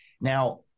Now